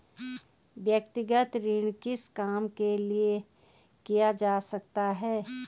व्यक्तिगत ऋण किस काम के लिए किया जा सकता है?